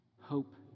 hope